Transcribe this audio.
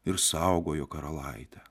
ir saugojo karalaitę